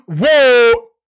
Whoa